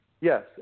Yes